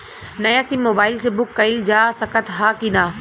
नया SIM mobile से book कइलजा सकत ह कि ना?